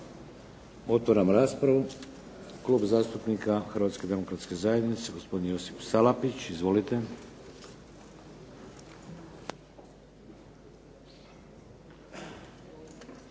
Otvaram raspravu. Klub zastupnika Hrvatske demokratske zajednice, gospodin Josip Salapić. Izvolite.